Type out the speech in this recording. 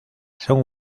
son